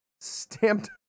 stamped